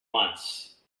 once